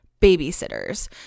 babysitters